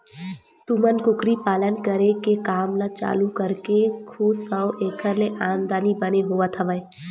तुमन कुकरी पालन करे के काम ल चालू करके खुस हव ऐखर ले आमदानी बने होवत हवय?